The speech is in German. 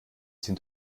sind